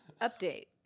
Update